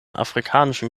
afrikanischen